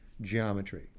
geometry